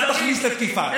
אל תכניס לתקיפה.